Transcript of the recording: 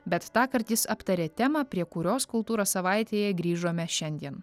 bet tąkart jis aptarė temą prie kurios kultūros savaitėje grįžome šiandien